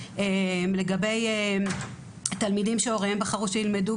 ולגבי תלמידים שהוריהם בחרו שילמדו